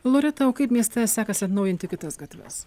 loreta o kaip mieste sekasi atnaujinti kitas gatves